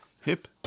Hip